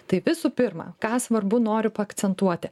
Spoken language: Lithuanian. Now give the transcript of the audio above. tai visų pirma ką svarbu noriu paakcentuoti